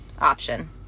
option